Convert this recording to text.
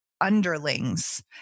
underlings